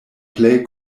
plej